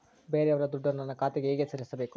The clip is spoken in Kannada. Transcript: ಬೇರೆಯವರ ದುಡ್ಡನ್ನು ನನ್ನ ಖಾತೆಗೆ ಹೇಗೆ ಸೇರಿಸಬೇಕು?